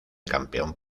campeón